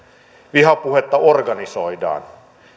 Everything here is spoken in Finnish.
vihapuhetta organisoidaan